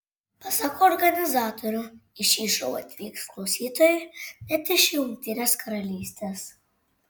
pasak organizatorių į šį šou atvyks klausytojų net iš jungtinės karalystės